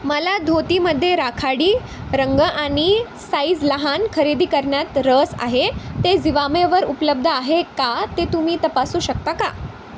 मला धोतीमध्ये राखाडी रंग आणि साइझ लहान खरेदी करण्यात रस आहे ते जिवामेवर उपलब्ध आहे का ते तुम्ही तपासू शकता का